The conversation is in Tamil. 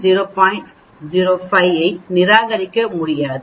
05 ஐ நிராகரிக்க முடியாது